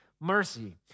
mercy